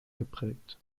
geprägt